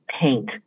paint